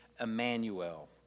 Emmanuel